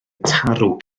tarw